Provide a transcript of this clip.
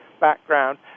background